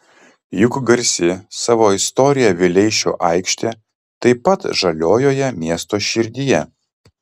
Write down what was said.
juk garsi savo istorija vileišio aikštė taip pat žaliojoje miesto širdyje